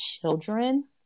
children